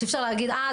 שאי אפשר להגיד אה,